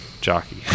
jockey